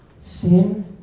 sin